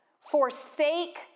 Forsake